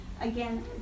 Again